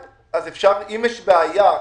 אם יש בעיה,